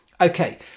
Okay